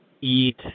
eat